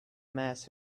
mass